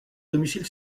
domicile